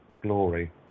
glory